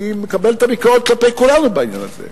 אני מקבל את הביקורת כלפי כולנו בעניין הזה.